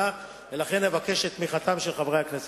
לכן, אבקש את תמיכתם של חברי הכנסת.